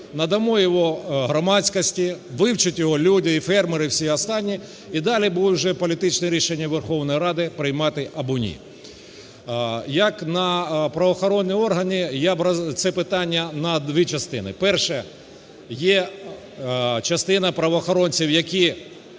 надамо його громадськості. Вивчать його люди і фермери, і всі останні, і далі буде вже політичне рішення Верховної Ради: приймати або ні. Як на правоохоронні органи, я б… це питання на дві частини. Перше. Є частина правоохоронців, які